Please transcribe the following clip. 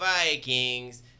Vikings